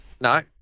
No